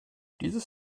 dieses